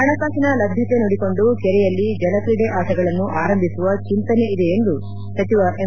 ಹಣಕಾಸಿನ ಲಭ್ಯತೆ ನೋಡಿಕೊಂಡು ಕೆರೆಯಲ್ಲಿ ಜಲ್ಕ್ರೀಡೆ ಆಟಗಳನ್ನು ಆರಂಭಿಸುವ ಚಿಂತನೆ ಇದೆ ಎಂದು ಸಚಿವ ಎಂ